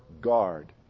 guard